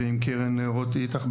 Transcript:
ועם קרן רוט איטח,